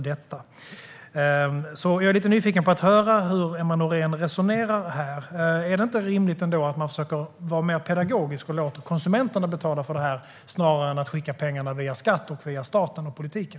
Jag är lite nyfiken på att höra hur Emma Nohrén resonerar här. Är det inte rimligt att man försöker att vara mer pedagogisk och låter konsumenterna betala för detta snarare än att man skickar pengarna via skatten, via staten och politiken?